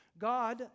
God